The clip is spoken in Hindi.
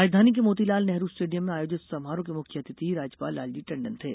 राजधानी के मोतीलाल नेहरु स्टेडियम में आयोजित समारोह के मुख्य अतिथि राज्यपाल लालजी टण्डन थे